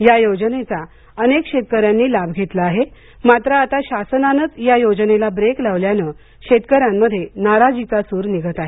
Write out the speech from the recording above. या योजनेचा अनेक शेतकऱ्यांनी लाभ घेतला आहे मात्र आता शासनानंच या योजनेला ब्रेक लावल्याने शेतकाऱ्यांमधून नाराजीचा सुरू निघत आहे